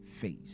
face